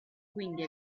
quindi